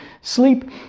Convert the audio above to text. sleep